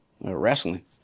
Wrestling